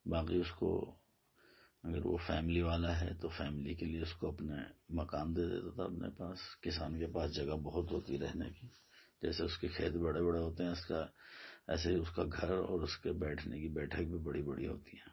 باقی اس کو اگر وہ فیملی والا ہے تو فیملی کے لئے اس کو اپنے مکان دے دیتا تھا اپنے پاس کسان کے پاس جگہ بہت ہوتی رہنے کی جیسے اس کے کھیت بڑے بڑے ہوتے ہیں اس کا ایسے ہی اس کا گھر اور اس کے بیٹھنے کی بیٹھک بھی بڑی بڑی ہوتی ہیں